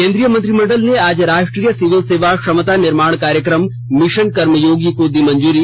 केंद्रीय मंत्रिमंडल ने आज राष्ट्रीय सिविल सेवा क्षमता निर्माण कार्यक्रम मिशन कर्मयोगी को दी मंजूरी